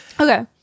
Okay